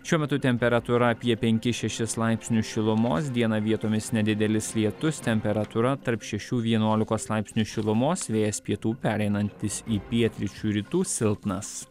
šiuo metu temperatūra apie penki šešis laipsnius šilumos dieną vietomis nedidelis lietus temperatūra tarp šešių vienuolikos laipsnių šilumos vėjas pietų pereinantis į pietryčių rytų silpnas